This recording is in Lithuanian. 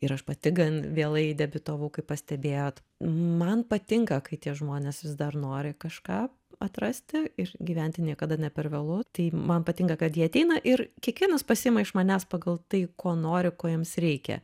ir aš pati gan vėlai debiutavau kaip pastebėjot man patinka kai tie žmonės vis dar nori kažką atrasti ir gyventi niekada ne per vėlu tai man patinka kad jie ateina ir kiekvienas pasiima iš manęs pagal tai ko nori ko jiems reikia